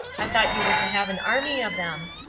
i thought you were to have an army of them.